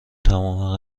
تمام